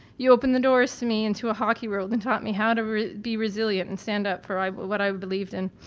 you opened the doors to me and to a hockey world, and taught me how to be resilient and stand up for what i believed in.